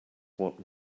what